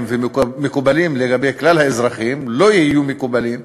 ומקובלים לגבי כלל האזרחים לא יהיו מקובלים,